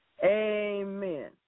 Amen